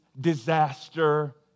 disaster